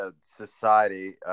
society